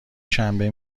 شنبه